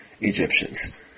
Egyptians